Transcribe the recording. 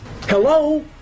Hello